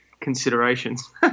considerations